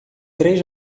três